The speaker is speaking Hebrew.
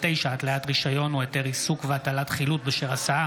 הגנה על קטינים מפני תוכן פוגעני באינטרנט באמצעות אומדן גיל),